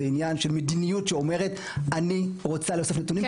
זה עניין של מדיניות שאומרת "אני רוצה לאסוף נתונים".